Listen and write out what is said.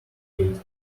gate